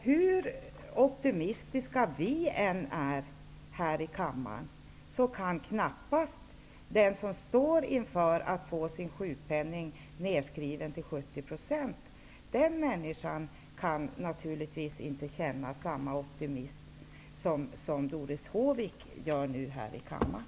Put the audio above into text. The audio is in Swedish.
Hur optimistiska vi än är här i kammaren kan knappast den som står inför att få sin sjukpenning nedskriven till 70 % känna samma optimism som Doris Håvik nu gör här i kammaren.